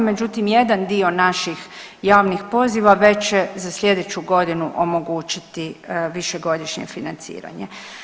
Međutim jedan dio naših javnih poziva već će za sljedeću godinu omogućiti višegodišnje financiranje.